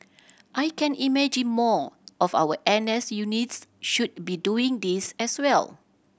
I can imagine more of our N S units should be doing this as well